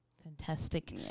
Fantastic